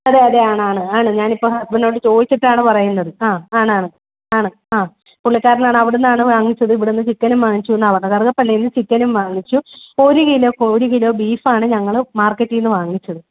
അതെ അതെ ആണ് ആണ് ആണ് ഞാനിപ്പോൾ ഹസ്ബൻറ്റിനോട് ചോദിച്ചിട്ടാണ് പറയുന്നത് ആ ആണ് ആണ് ആണ് ആ പുള്ളിക്കാരനാണ് അവിടെന്നാണ് വാങ്ങിച്ചത് ഇവിടുന്ന് ചിക്കെനും വാങ്ങിച്ചുന്നാണ് പറഞ്ഞത് കറുകപ്പള്ളീന്ന് ചിക്കെനും വാങ്ങിച്ചു ഒരു കിലോ ഒരു കിലോ ബീഫാണ് ഞങ്ങൾ മാർക്കറ്റീന് വാങ്ങിച്ചത്